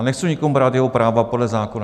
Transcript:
Nechci nikomu brát jeho práva podle zákona.